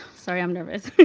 sorry, i'm nervous.